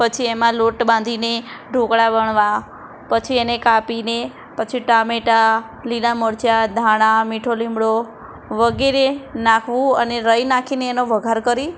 પછી એમાં લોટ બાંધીને ઢોકળા વણવાં પછી એને કાપીને પછી ટામેટાં લીલા મરચાં ધાણાં મીઠો લીમડો વગેરે નાખવું અને રાઈ નાખીને એનો વઘાર કરી